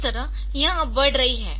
इस तरह यह अब बढ़ रही है